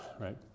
right